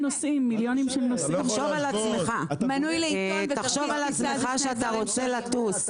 תחשוב על עצמך שאתה רוצה לטוס.